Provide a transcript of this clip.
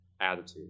attitude